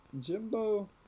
Jimbo